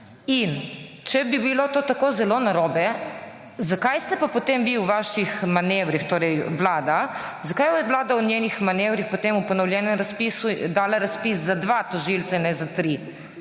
In če bi bilo to tako zelo narobe, zakaj ste potem vi v svojih manevrih, torej vlada, zakaj je vlada v svojih manevrih v ponovljenem razpisu dala razpis za dva tožilca in ne za tri,